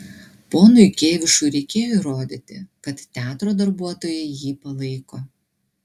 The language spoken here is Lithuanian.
ponui kėvišui reikėjo įrodyti kad teatro darbuotojai jį palaiko